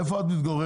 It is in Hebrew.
איפה את מתגוררת?